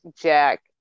Jack